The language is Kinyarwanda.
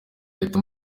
leta